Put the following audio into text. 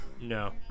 No